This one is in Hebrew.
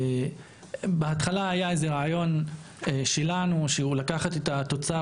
ובהתחלה היה איזה רעיון שלנו לקחת את התוצר